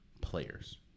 players